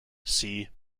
see